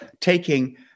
taking